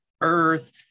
earth